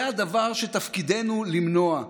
זה הדבר שתפקידנו למנוע.